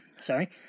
Sorry